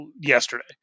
yesterday